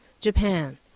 JAPAN